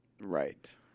Right